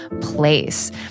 place